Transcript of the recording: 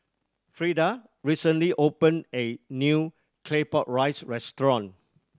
Freda recently opened A new Claypot Rice restaurant